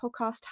podcast